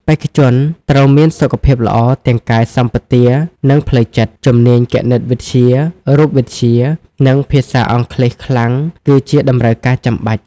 បេក្ខជនត្រូវមានសុខភាពល្អទាំងកាយសម្បទានិងផ្លូវចិត្ត។ ជំនាញគណិតវិទ្យា រូបវិទ្យា និងភាសាអង់គ្លេសខ្លាំងគឺជាតម្រូវការចាំបាច់។